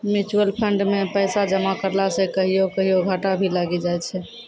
mutual fund मे पैसा जमा करला से कहियो कहियो घाटा भी लागी जाय छै